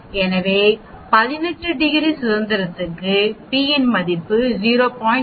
எனவே 18 டிகிரி சுதந்திரத்துடன் p 0